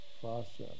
process